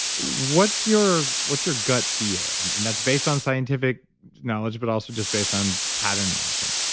what's your what's your gut feel? and and that's based on scientific knowledge, but also just based on pattern matching.